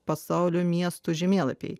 pasaulio miestų žemėlapiai